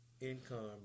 income